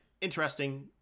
interesting